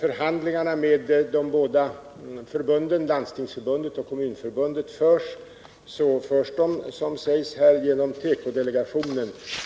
Förhandlingarna med Landstingsförbundet och Kommunförbundet förs, såsom sägs i svaret, genom tekodelegationen.